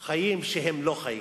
יהיו חיים שהם לא חיים.